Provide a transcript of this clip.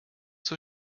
zur